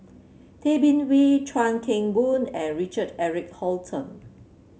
Tay Bin Wee Chuan Keng Boon and Richard Eric Holttum